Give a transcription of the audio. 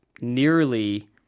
nearly